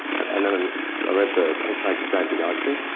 and then i read the hitchhiker's guide to the galaxy.